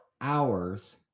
hours